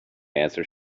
answer